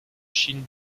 chine